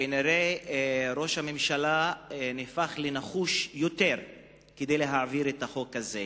ראש הממשלה כנראה נהפך לנחוש יותר להעביר את החוק הזה.